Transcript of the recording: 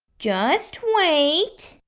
just wait.